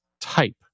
type